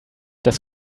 dass